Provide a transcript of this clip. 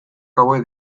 hauek